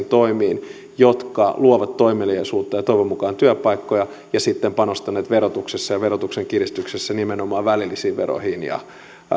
toimiin jotka luovat toimeliaisuutta ja toivon mukaan työpaikkoja ja sitten panostaneet verotuksessa ja verotuksen kiristyksessä nimenomaan välillisiin veroihin ja